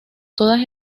todas